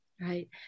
Right